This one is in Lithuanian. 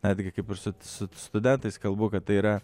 netgi kaip ir su su studentais kalbu kad tai yra